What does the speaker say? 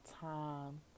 time